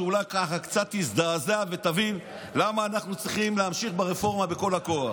אולי קצת תזדעזע ותבין למה אנחנו צריכים להמשיך ברפורמה בכל הכוח.